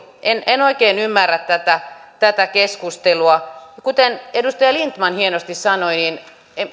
en en oikein ymmärrä tätä tätä keskustelua kuten edustaja lindtman hienosti sanoi